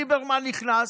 ליברמן נכנס,